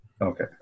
Okay